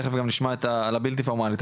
תיכף גם נשמע על הבלתי פורמלית,